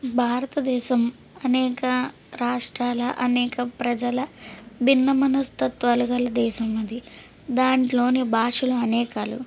భారతదేశం అనేక రాష్ట్రాల అనేక ప్రజల భిన్న మనస్తత్వాలు గల దేశం ఇది దాంట్లోని భాషలు అనేకాలు